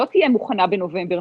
היא לא תהיה מוכנה בנובמבר.